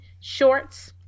shorts